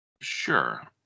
Sure